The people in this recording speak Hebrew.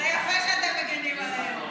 זה יפה שאתם מגינים עליהם,